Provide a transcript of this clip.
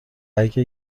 اگه